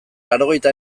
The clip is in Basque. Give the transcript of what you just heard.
laurogeita